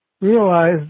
realize